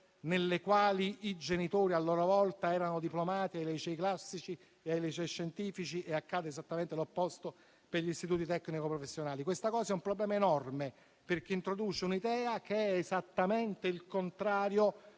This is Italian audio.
nelle quali i genitori, a loro volta, sono diplomati ai licei classici e ai licei scientifici e accade esattamente l'opposto per gli istituti tecnico-professionali. Questo rappresenta un problema enorme, perché introduce un'idea che è esattamente il contrario